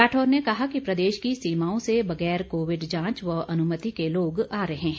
राठौर ने कहा कि प्रदेश की सीमाओं से बगैर कोविड जांच व अनुमति के लोग आ रहे हैं